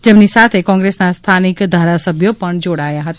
જેમની સાથે કોંગ્રેસના સ્થાનિક ધારાસભ્યો પણ જોડાયા હતા